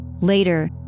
Later